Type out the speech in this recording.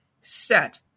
set